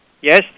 Yes